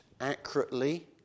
accurately